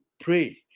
pray